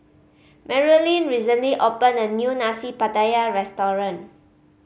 Marilynn recently opened a new Nasi Pattaya restaurant